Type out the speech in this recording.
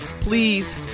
Please